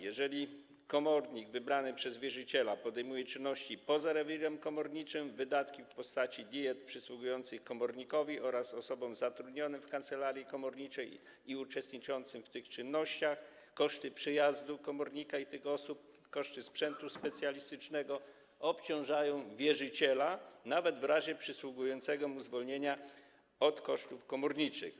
Jeżeli komornik wybrany przez wierzyciela podejmuje czynności poza rewirem komorniczym, wydatki w postaci diet przysługujących komornikowi oraz osobom zatrudnionym w kancelarii komorniczej i uczestniczącym w tych czynnościach, koszty przyjazdu komornika i tych osób oraz koszty sprzętu specjalistycznego obciążają wierzyciela nawet w razie przysługującego mu zwolnienia od kosztów komorniczych.